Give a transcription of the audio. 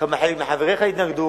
כמה חלק מחבריך התנגדו,